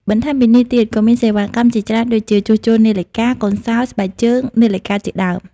បន្ថែមពីនេះទៀតក៏មានសេវាកម្មជាច្រើនដូចជា ជួសជុលនាឡិកា កូនសោរ ស្បែកជើង នាឡិកាជាដើម ។